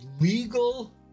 legal